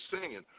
singing